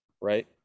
right